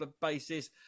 basis